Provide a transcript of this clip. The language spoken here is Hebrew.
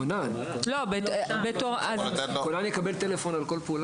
כונן יקבל טלפון על כל פעולה?